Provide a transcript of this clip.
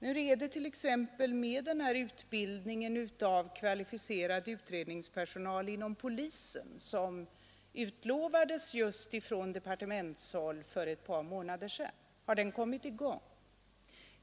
Hur är det t.ex. med den här utbildningen av kvalificerad utredningspersonal inom polisen, som utlovades just från departementshåll för ett par månader sedan? Har den kommit i gång?